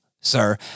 sir